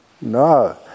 No